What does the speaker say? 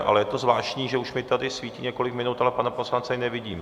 Ale je to zvláštní, že už mi tady svítí několik minut, ale pana poslance nevidím.